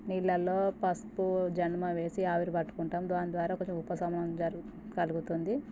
నీళ్ళలో పసుపు జనమ వేసి ఆవిరి పట్టుకుంటాము దాని ద్వారా కొంచెం ఉపశమనం జరుగు కలుగుతుంది